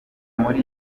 muri